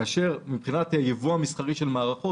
מבחינת הייבוא המסחרי של מערכות,